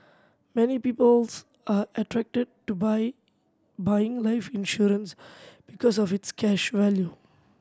many people's are attracted to buy buying life insurance because of its cash value